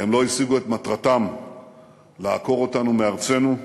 הם לא השיגו את מטרתם לעקור אותנו מארצנו,